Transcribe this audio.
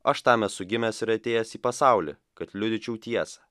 aš tam esu gimęs ir atėjęs į pasaulį kad liudyčiau tiesą